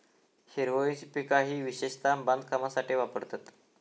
हिरवळीची पिका ही विशेषता बांधकामासाठी वापरतत